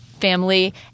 family